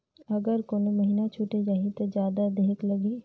अगर कोनो महीना छुटे जाही तो जादा देहेक लगही?